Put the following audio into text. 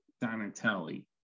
Donatelli